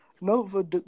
Nova